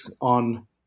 on